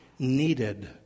needed